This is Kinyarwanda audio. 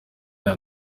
nta